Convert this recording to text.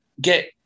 get